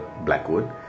Blackwood